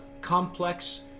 complex